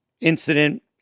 incident